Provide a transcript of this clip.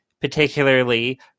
particularly